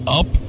up